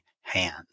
hands